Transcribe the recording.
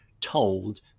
told